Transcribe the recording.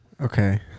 Okay